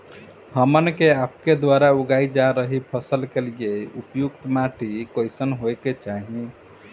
हमन के आपके द्वारा उगाई जा रही फसल के लिए उपयुक्त माटी कईसन होय के चाहीं?